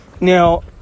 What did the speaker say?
Now